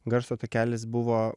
garso takelis buvo